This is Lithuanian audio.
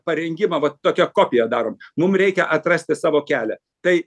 parengimą vat tokią kopiją darom mum reikia atrasti savo kelią tai